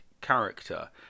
character